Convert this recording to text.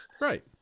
Right